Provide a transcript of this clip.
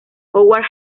howard